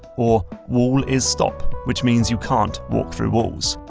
or wall is stop, which means you can't walk through walls.